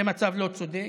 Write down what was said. זה מצב לא צודק.